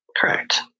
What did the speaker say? Correct